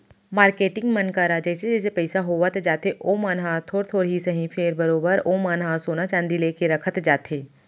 marketing मन करा जइसे जइसे पइसा होवत जाथे ओमन ह थोर थोर ही सही फेर बरोबर ओमन ह सोना चांदी लेके रखत जाथे